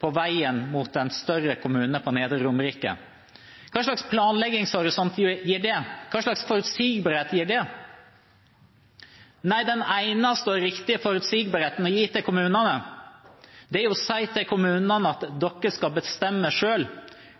på veien mot en større kommune på Nedre Romerike. Hvilken planleggingshorisont gir det? Hvilken forutsigbarhet gir det? Nei, den eneste og riktige forutsigbarheten å gi til kommunene er å si til kommunene at dere skal bestemme selv,